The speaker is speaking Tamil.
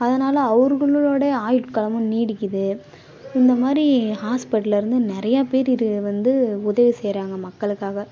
அதனால அவர்களோடைய ஆயுட்காலமும் நீடிக்கிறது இந்த மாதிரி ஹாஸ்பிட்டல்லயிருந்து நிறையா பேர் இது வந்து உதவி செய்கிறாங்க மக்களுக்காக